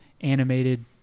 animated